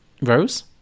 Rose